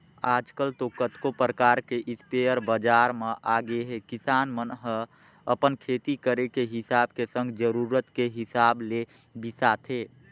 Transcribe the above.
आजकल तो कतको परकार के इस्पेयर बजार म आगेहे किसान मन ह अपन खेती करे के हिसाब के संग जरुरत के हिसाब ले बिसाथे